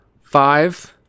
Five